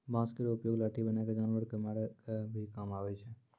बांस केरो उपयोग लाठी बनाय क जानवर कॅ मारै के भी काम आवै छै